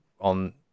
on